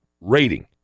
rating